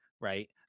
right